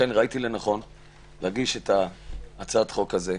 לכן ראיתי לנכון להגיש את הצעת החוק הזאת,